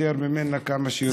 ניפטר ממנה כמה שיותר,